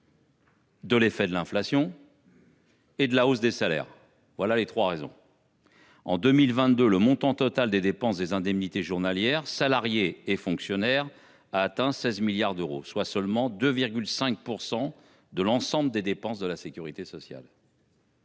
à l’effet de l’inflation et à la hausse des salaires. Voilà les trois raisons. En 2022, le montant total des dépenses des indemnités journalières – salariés et fonctionnaires compris – a atteint 16 milliards d’euros, soit seulement 2,5 % de l’ensemble des dépenses de la sécurité sociale.